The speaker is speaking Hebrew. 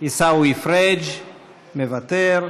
עיסאווי פריג' מוותר,